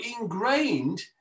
ingrained